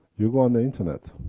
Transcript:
you go on the internet,